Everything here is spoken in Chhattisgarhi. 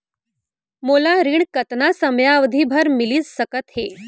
मोला ऋण कतना समयावधि भर मिलिस सकत हे?